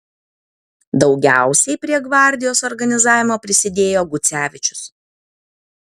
daugiausiai prie gvardijos organizavimo prisidėjo gucevičius